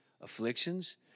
afflictions